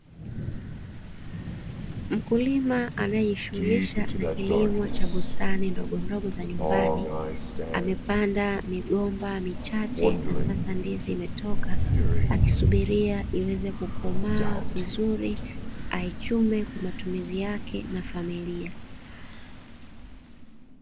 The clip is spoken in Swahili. Mkulima anae jishughulisha na kilimo cha bustani ndogondogo za nyumbani amepanda michache na sasa ndizi imetoka, akisubiria iweze kukomaa vizuri aichume kwa matumizi yake na familia.